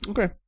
Okay